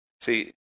See